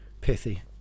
pithy